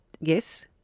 yes